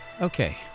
Okay